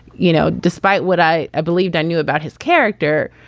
you know, despite what i i believed, i knew about his character.